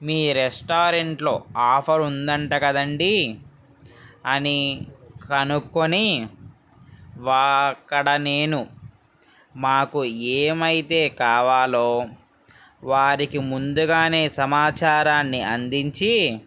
మీ రెస్టారెంట్లో ఆఫర్ ఉందంట కదండి అని కనుక్కొని వా అక్కడ నేను మాకు ఏమైతే కావాలో వారికి ముందుగానే సమాచారాన్ని అందించి